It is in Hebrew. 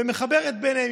מה שנקרא, ומחברת ביניהם.